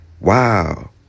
Wow